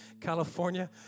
California